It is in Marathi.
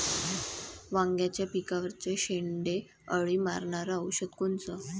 वांग्याच्या पिकावरचं शेंडे अळी मारनारं औषध कोनचं?